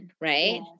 right